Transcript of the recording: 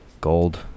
Gold